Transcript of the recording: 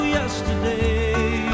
yesterday